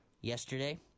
yesterday